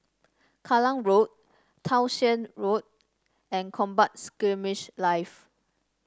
Kallang Road Townshend Road and Combat Skirmish Live